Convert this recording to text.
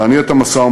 להניע את המשא-ומתן.